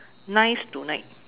nice tonight